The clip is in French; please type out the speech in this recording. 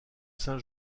saint